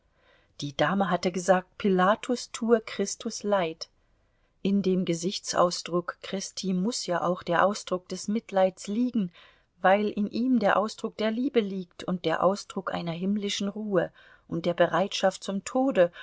die dame hatte gesagt pilatus tue christus leid in dem gesichtsausdruck christi muß ja auch der ausdruck des mitleids liegen weil in ihm der ausdruck der liebe liegt und der ausdruck einer himmlischen ruhe und der bereitschaft zum tode